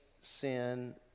sin